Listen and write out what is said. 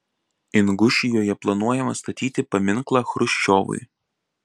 ingušijoje planuojama statyti paminklą chruščiovui